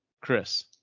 Chris